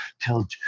tell